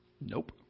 Nope